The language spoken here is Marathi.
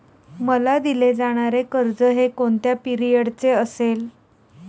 मला दिले जाणारे कर्ज हे कोणत्या पिरियडचे असेल?